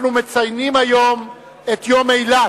אנחנו מציינים היום את יום אילת,